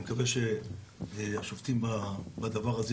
אני מקווה שהשופטים ישתפו פעולה בדבר הזה,